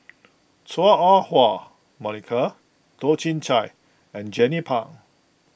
Chua Ah Huwa Monica Toh Chin Chye and Jernnine Pang